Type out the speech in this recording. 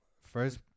first